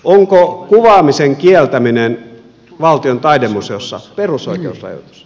onko kuvaamisen kieltäminen valtion taidemuseossa perusoikeusrajoitus